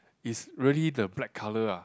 is really the black colour uh